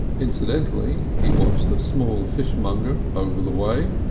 incidentally he watched the small fishmonger over the way,